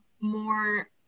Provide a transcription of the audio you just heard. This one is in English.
more